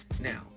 Now